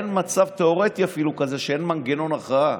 אין אפילו מצב תיאורטי כזה שאין מנגנון הכרעה,